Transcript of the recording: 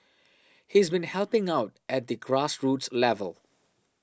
he's been helping out at the grassroots level